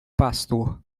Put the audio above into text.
pastor